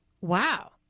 Wow